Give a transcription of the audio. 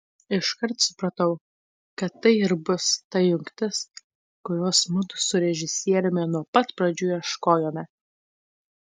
iškart supratau kad tai ir bus ta jungtis kurios mudu su režisieriumi nuo pat pradžių ieškojome